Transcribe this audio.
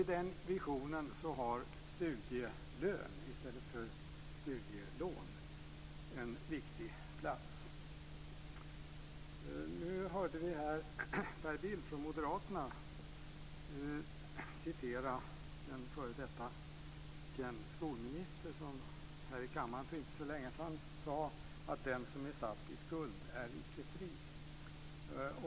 I den visionen har studielön i stället för studielån en viktig plats. Vi hörde Per Bill från Moderaterna citera en känd f.d. skolminister, som här i kammaren för inte så länge sedan sade att den som är satt i skuld icke är fri.